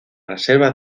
reservas